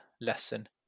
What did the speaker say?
lesson